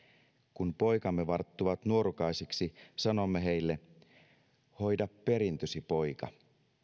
kun poikamme varttuvat nuorukaisiksi sanomme heille hoida perintösi poika